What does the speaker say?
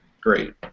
Great